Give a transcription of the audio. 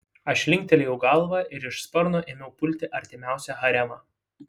aš linktelėjau galvą ir iš sparno ėmiau pulti artimiausią haremą